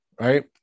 Right